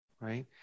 right